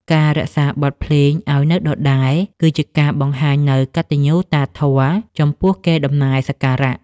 ការរក្សាបទភ្លេងឱ្យនៅដដែល គឺជាការបង្ហាញនូវកតញ្ញូតាធម៌ចំពោះកេរដំណែលសក្ការៈ។